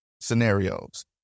scenarios